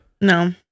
no